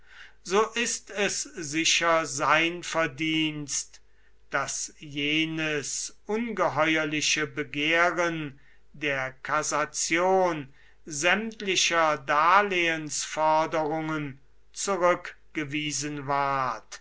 so ist es sicher sein verdienst daß jenes ungeheuerliche begehren der kassation sämtlicher darlehnsforderungen zurückgewiesen ward